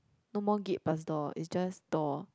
no more gate pass door is just door